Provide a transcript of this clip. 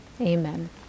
amen